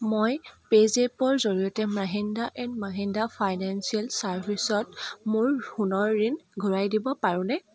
মই পে'জেপৰ জৰিয়তে মহিন্দ্ৰা এণ্ড মহিন্দ্ৰা ফাইনেন্সিয়েল ছাৰ্ভিচত মোৰ সোণৰ ঋণ ঘূৰাই দিব পাৰোনে